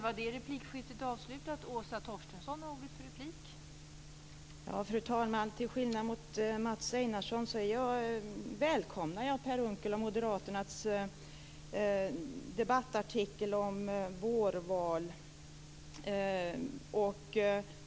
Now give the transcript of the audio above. Fru talman! Till skillnad från Mats Einarsson välkomnar jag Per Unckels och moderaternas debattartikel om vårval.